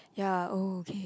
ya okay